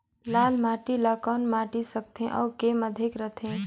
लाल माटी ला कौन माटी सकथे अउ के माधेक राथे?